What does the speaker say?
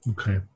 Okay